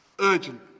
urgent